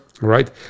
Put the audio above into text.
right